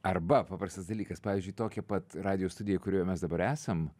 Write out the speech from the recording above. arba paprastas dalykas pavyzdžiui tokioj pat radijo studijoj kurioj mes dabar esam